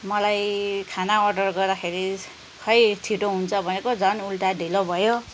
मलाई खाना अर्डर गर्दाखेरि खै छिटो हुन्छ भनेको झन् उल्टा ढिलो भयो